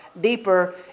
...deeper